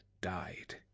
died